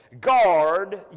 Guard